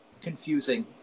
confusing